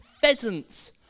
pheasants